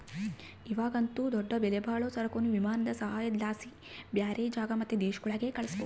ಇವಾಗಂತೂ ದೊಡ್ಡ ಬೆಲೆಬಾಳೋ ಸರಕುನ್ನ ವಿಮಾನದ ಸಹಾಯುದ್ಲಾಸಿ ಬ್ಯಾರೆ ಜಾಗ ಮತ್ತೆ ದೇಶಗುಳ್ಗೆ ಕಳಿಸ್ಬೋದು